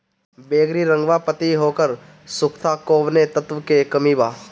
बैगरी रंगवा पतयी होके सुखता कौवने तत्व के कमी बा?